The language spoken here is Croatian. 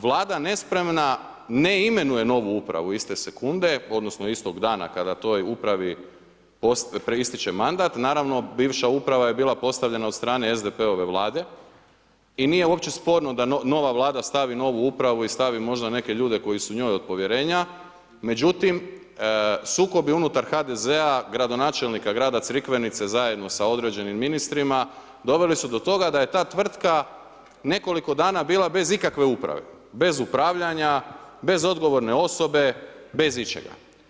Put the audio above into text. Vlada nespremna, ne imenuje novu upravu iste sekunde odnosno istog dana kada toj upravi ističe mandat, naravno bivša uprava je bila postavljena od strane SDP-ove vlade i nije uopće sporno da nova vlada stavi novi upravu i stavi možda neke ljude koji su njoj od povjerenja, međutim sukobi unutar HDZ-a, gradonačelnika grada Crikvenice zajedno sa određenim ministrica dovodi do toga da je ta tvrtka nekoliko dana bila bez ikakve uprave, bez upravljanja, bez odgovorne osobe, bez ičega.